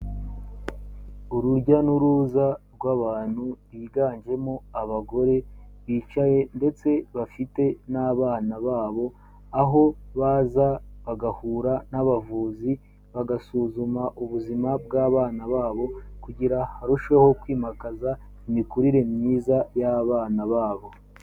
Urujya n'uruza rw'abantu biganjemo abagore, bicaye ndetse bafite n'abana babo, aho baza bagahura n'abavuzi bagasuzuma ubuzima bw'abana babo, kugira harusheho kwimakaza imikurire myiza y'abana babo.